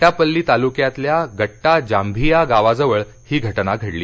एटापल्ली तालुक्यातल्या गट्टा जांभिया गावाजवळ ही घटना घडली